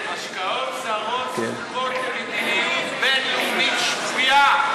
השקעות זרות זקוקות למדיניות בין-לאומית שפויה.